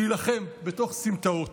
להילחם בתוך סמטאות,